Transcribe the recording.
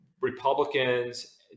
Republicans